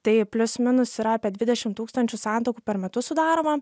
tai plius minus yra apie dvidešim tūkstančių santuokų per metus sudaroma